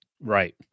Right